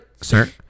sir